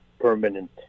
permanent